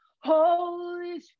Holy